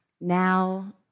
now